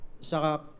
sa